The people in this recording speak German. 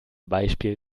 beispiel